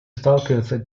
сталкивается